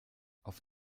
auf